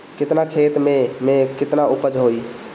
केतना खेत में में केतना उपज होई?